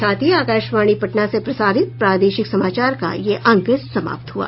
इसके साथ ही आकाशवाणी पटना से प्रसारित प्रादेशिक समाचार का ये अंक समाप्त हुआ